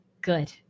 Good